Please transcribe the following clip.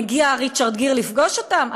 מגיע ריצ'רד גיר לפגוש אותם,